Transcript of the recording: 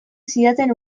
zidaten